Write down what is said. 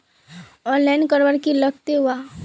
Online करवार की लगते वा?